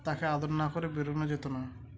তাকে আদর না করে বেরোনো যেত না